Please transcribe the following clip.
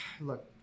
Look